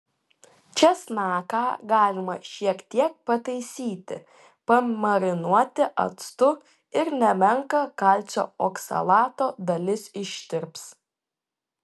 česnaką galima šiek tiek pataisyti pamarinuoti actu ir nemenka kalcio oksalato dalis ištirps